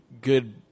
good